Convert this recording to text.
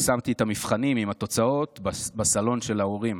ושמתי את המבחנים עם התוצאות בסלון של ההורים